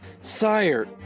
Sire